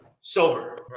sober